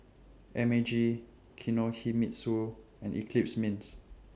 M A G Kinohimitsu and Eclipse Mints